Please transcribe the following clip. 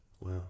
Wow